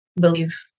believe